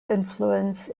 influence